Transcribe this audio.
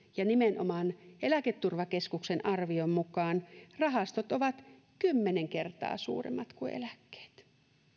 ja nimenomaan eläketurvakeskuksen arvion mukaan rahastot ovat kymmenen kertaa suuremmat kuin eläkkeet